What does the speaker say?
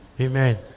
Amen